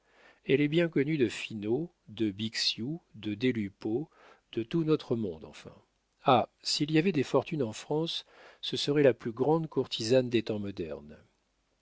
elle est bien connue de finot de bixiou de des lupeaulx de tout notre monde enfin ah s'il y avait des fortunes en france ce serait la plus grande courtisane des temps modernes